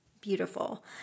Beautiful